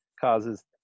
causes